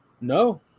No